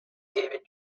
david